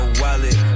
wallet